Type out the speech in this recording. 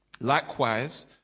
Likewise